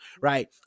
right